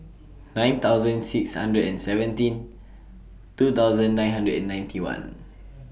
nine thousand six hundred and seventeen two thousand nine hundred and ninety one